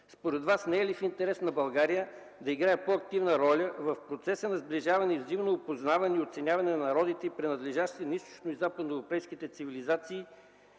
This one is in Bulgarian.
Според Вас не е ли в интерес на България да играе по-активна роля в процеса на сближаване и взаимно опознаване и оценяване на народите, принадлежащи на източно и западноевропейските цивилизации